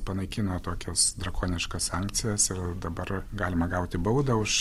panaikino tokias drakoniškas sankcijas ir dabar galima gauti baudą už